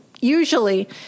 usually